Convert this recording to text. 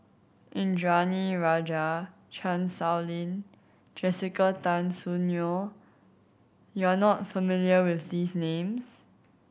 Indranee Rajah Chan Sow Lin Jessica Tan Soon Neo you are not familiar with these names